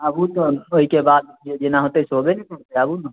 आबु तऽ ओहिके बाद जे जेना होतै से होबे ने करतै आबु ने